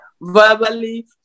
verbally